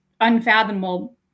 unfathomable